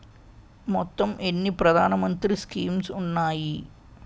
మొత్తం ఎన్ని ప్రధాన మంత్రి స్కీమ్స్ ఉన్నాయి?